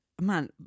man